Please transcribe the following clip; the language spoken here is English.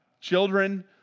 Children